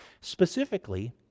Specifically